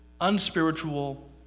unspiritual